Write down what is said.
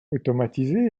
automatisé